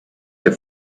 the